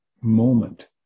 moment